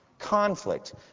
conflict